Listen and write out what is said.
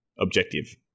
objective